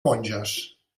monges